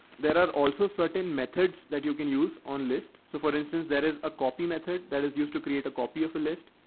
there are also certain methods that you can use on lists. so for instance, there is a copy method that is used to create a copy of a list.